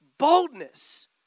Boldness